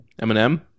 Eminem